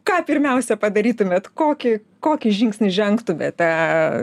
ką pirmiausia padarytumėt kokį kokį žingsnį žengtumėte